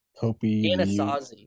Anasazi